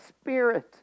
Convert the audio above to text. spirit